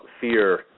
fear